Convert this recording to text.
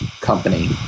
company